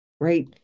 Right